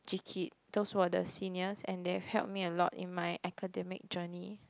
Jee-Kit those were the seniors and they have helped me a lot in my academic journey